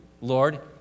Lord